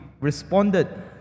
responded